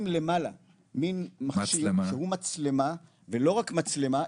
עם מכשיר שהוא מצלמה ולא רק מצלמה,